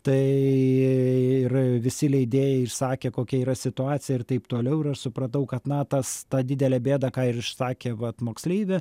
tai ir visi leidėjai išsakė kokia yra situacija ir taip toliau ir aš supratau kad na tas tą didelę bėdą ką ir išsakė vat moksleivė